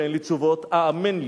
אבל,